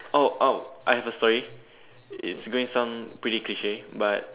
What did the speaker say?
oh oh I have a story it's going to sound pretty cliche but